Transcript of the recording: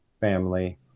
family